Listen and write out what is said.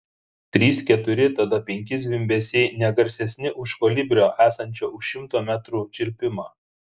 trys keturi tada penki zvimbesiai ne garsesni už kolibrio esančio už šimto metrų čirpimą